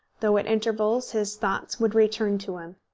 though at intervals his thoughts would return to him.